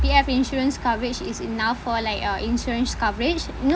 C_P_F insurance coverage is enough for like uh insurance coverage you know